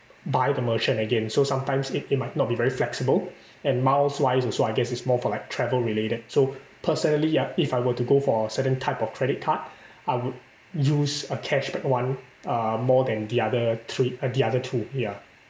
by the merchant again so sometimes it it might not be very flexible and miles wise also I guess it's more for like travel related so personally ah if I were to go for certain type of credit card I would use a cashback [one] uh more than the other three uh the other two ya